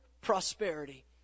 prosperity